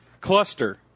Cluster